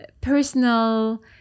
personal